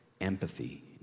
empathy